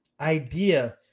idea